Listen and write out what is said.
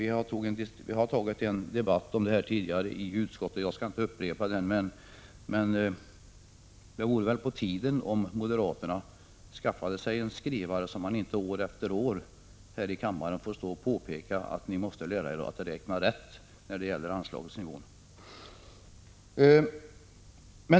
Vi har tidigare tagit en debatt i utskottet om detta och jag skall inte upprepa den här, men det vore väl på tiden att moderaterna skaffade sig en skrivare så att man inte år efter år måste påpeka här i kammaren att ni måste lära er att räkna rätt när det gäller anslagen.